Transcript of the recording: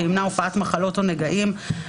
וימנע הופעת מחלות או נגעים".